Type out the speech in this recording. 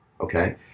okay